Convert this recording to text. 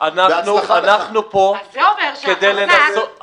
ואת זה אנחנו צריכים לתקן בדיון הזה.